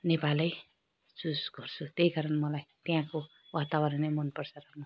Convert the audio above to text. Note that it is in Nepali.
नेपालै चुज गर्छु त्यही कारण मलाई त्यहाँको वातावरणै मनपर्छ